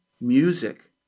music